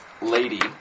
lady